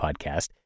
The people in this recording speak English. Podcast